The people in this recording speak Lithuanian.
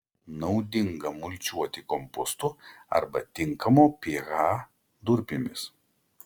naudinga mulčiuoti kompostu arba tinkamo ph durpėmis